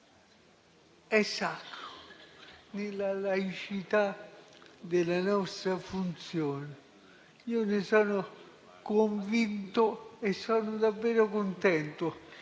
è sacro, nella laicità della nostra funzione. Ne sono convinto e sono davvero contento